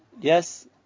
Yes